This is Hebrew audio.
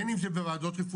בין אם זה בועדות רפואיות,